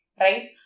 right